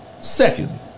Second